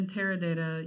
Teradata